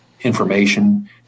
information